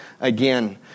again